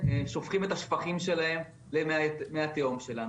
ששופכים את השפכים שלהם למי התהום שלנו.